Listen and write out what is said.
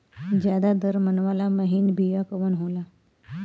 ज्यादा दर मन वाला महीन बिया कवन होला?